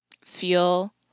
feel